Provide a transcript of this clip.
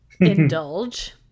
indulge